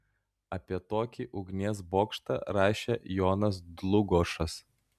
apie tokį ugnies bokštą rašė jonas dlugošas